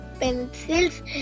pencils